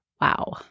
wow